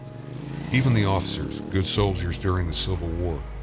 even the officers, good soldiers during the civil war,